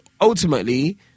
ultimately